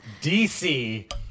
DC